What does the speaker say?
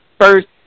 first